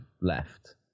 left